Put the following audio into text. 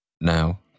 Now